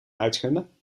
uitgummen